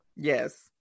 yes